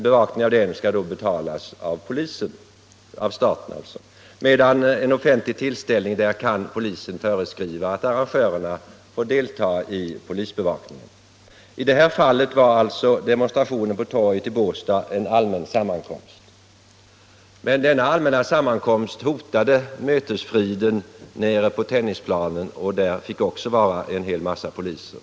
Bevakningen skall då betalas av staten, medan polisen vid en offentlig tillställning kan föreskriva att arrangörerna får delta i polisbevakningens kostnader. I det här fallet var således demonstrationen på torget i Båstad en allmän sammankomst, men denna allmänna sammankomst hotade friden nere på tennisplanen, och där fick också vara en hel mängd poliser.